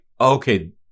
okay